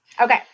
Okay